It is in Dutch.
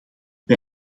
bij